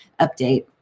update